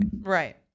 right